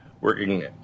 working